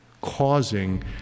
causing